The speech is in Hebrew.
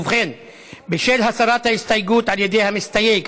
בשל הסרת ההסתייגות על ידי המסתייג,